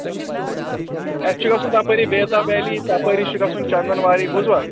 اَسہِ چھُ گژھُن تپٲری بیتاب ویلی تپٲری چھُ گژھُن چَندَنواری بوٗزوا